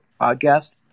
podcast